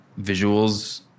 visuals